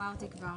אמרתי כבר,